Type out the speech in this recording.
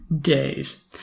days